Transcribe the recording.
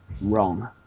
wrong